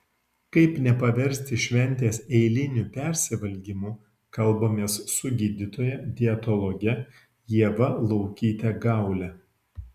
kaip nepaversti šventės eiliniu persivalgymu kalbamės su gydytoja dietologe ieva laukyte gaule